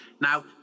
now